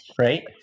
Right